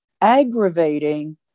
aggravating